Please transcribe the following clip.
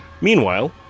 Meanwhile